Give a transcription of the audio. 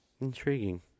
intriguing